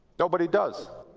nobody does.